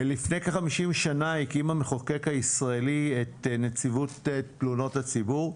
לפני כ-50 שנים הקים המחוקק הישראלי את נציבות תלונות הציבור.